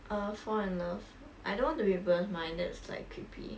err fall in love I don't want to read people's mind that's like creepy